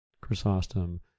Chrysostom